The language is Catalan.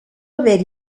haver